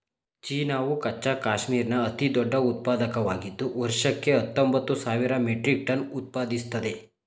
ಚೀನಾವು ಕಚ್ಚಾ ಕ್ಯಾಶ್ಮೀರ್ನ ಅತಿದೊಡ್ಡ ಉತ್ಪಾದಕವಾಗಿದ್ದು ವರ್ಷಕ್ಕೆ ಹತ್ತೊಂಬತ್ತು ಸಾವಿರ ಮೆಟ್ರಿಕ್ ಟನ್ ಉತ್ಪಾದಿಸ್ತದೆ